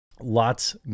lots